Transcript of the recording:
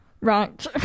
Right